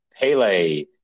Pele